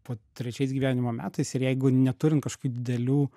po trečiais gyvenimo metais ir jeigu neturint kažkokių didelių